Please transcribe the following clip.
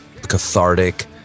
cathartic